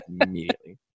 immediately